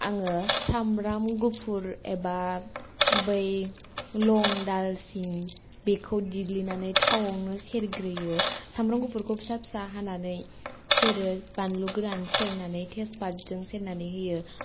आङो सामब्राम गुफुर एबा बै लंग दालसिनि बेखौ देग्लिनानै थावआवनो सेरग्रोयो सामब्राम गुफुरखौ फिसा फिसा हानानै सेरो बानलु गोरान सेरनानै तेजपातजों सेरनानै होयो